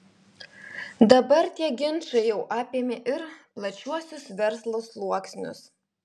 dabar tie ginčai jau apėmė ir plačiuosius verslo sluoksnius